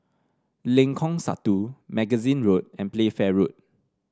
Lengkong Satu Magazine Road and Playfair Road